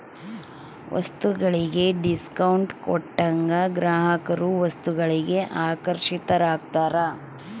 ವಸ್ತುಗಳಿಗೆ ಡಿಸ್ಕೌಂಟ್ ಕೊಟ್ಟಾಗ ಗ್ರಾಹಕರು ವಸ್ತುಗಳಿಗೆ ಆಕರ್ಷಿತರಾಗ್ತಾರ